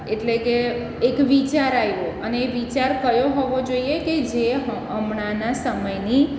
એટલે કે એક વિચાર આવ્યો અને એ વિચાર કયો હોવો જોઈએ કે જે હમણાંના સમયની